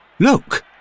Look